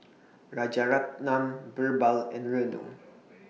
Rajaratnam Birbal and Renu